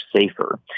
safer